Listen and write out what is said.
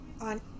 on